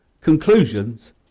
conclusions